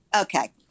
Okay